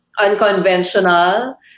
unconventional